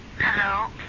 Hello